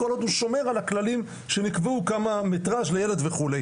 כל עוד הוא שומר על הכללים שנקבעו כמה מטרז' לילד וכו'.